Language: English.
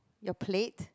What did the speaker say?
your plate